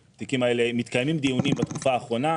מתקיימים דיונים בתקופה האחרונה,